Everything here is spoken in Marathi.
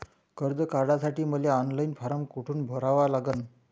कर्ज काढासाठी मले ऑनलाईन फारम कोठून भरावा लागन?